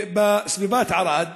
בסביבת ערד.